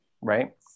Right